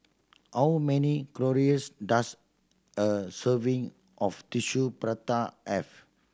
how many calories does a serving of Tissue Prata have